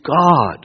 God